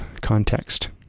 context